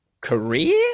Career